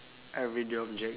everyday object